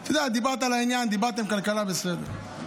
אתה יודע, דיברת לעניין, דיברתם כלכלה, בסדר.